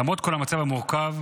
למרות כל המצב המורכב,